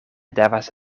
devas